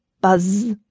buzz